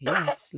Yes